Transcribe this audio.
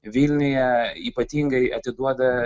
vilniuje ypatingai atiduoda